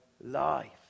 life